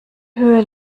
höhe